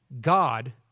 God